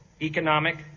economic